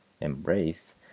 embrace